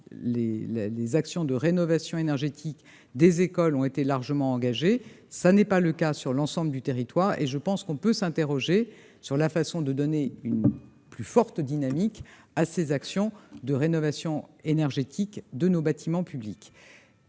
les actions de rénovation énergétique des écoles ont été largement engagées. Tel n'est pas le cas sur l'ensemble du territoire. Je pense qu'on peut s'interroger sur la façon de donner une plus forte dynamique à ces actions de rénovation énergétique de nos bâtiments publics.